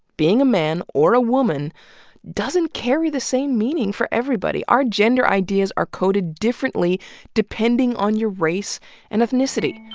being a man or a woman doesn't carry the same meaning for everybody. our gender ideas are coded differently depending on your race and ethnicity.